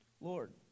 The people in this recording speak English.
Lord